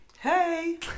Hey